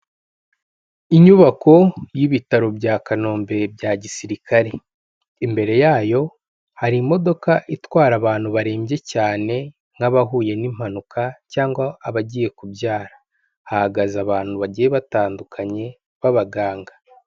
Inyubako y'ibitaro bya Kanombe bya gisirikare, imbere yayo hari imodoka itwara abantu barembye cyane nk'abahuye n'impanuka cyangwa abagiye kubyara. Hahagaze abantu bagiye batandukanye b'abaganga.